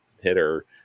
hitter